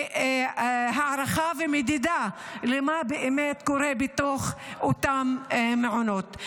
הערכה ומדידה על מה באמת קורה בתוך אותם מעונות.